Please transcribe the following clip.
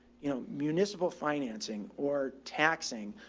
you know, municipal financing or taxing,